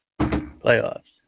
playoffs